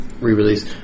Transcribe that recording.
re-release